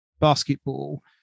basketball